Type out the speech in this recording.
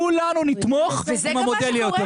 כולנו נתמוך אם המודל יהיה יותר טוב.